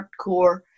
hardcore